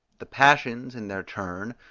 the passions, in their turn,